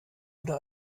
oder